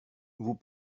vous